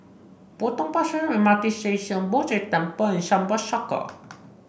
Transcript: Potong Pasir M R T Station Poh Jay Temple and Sunbird Circle